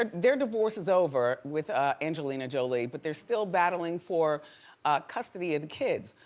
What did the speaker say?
ah their divorce is over, with ah angelina jolie, but they're still battling for custody of the kids.